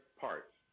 parts